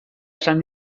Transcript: esan